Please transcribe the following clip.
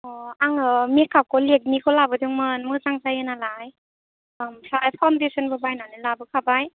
अ आङो मेकआपखौ लेकमिखौ लाबोदोंमोन मोजां जायो नालाय ओमफ्राय फाउण्डेस'नबो बायनानै लाबोखाबाय